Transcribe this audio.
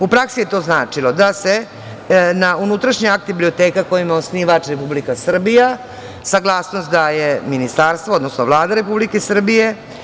U praksi je to značilo da na unutrašnji akt biblioteka kojima je osnivač Republika Srbija saglasnost daje ministarstvo, odnosno Vlada Republike Srbije.